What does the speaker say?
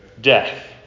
Death